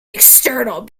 external